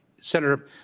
senator